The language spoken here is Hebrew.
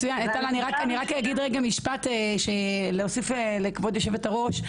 טל, אני רק אגיד משפט להוסיף לכבוד יושבת הראש: